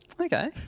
Okay